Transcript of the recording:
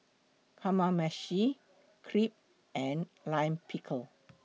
Kamameshi Crepe and Lime Pickle